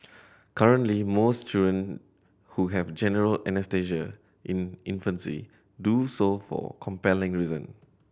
currently most children who have general anaesthesia in infancy do so for compelling reason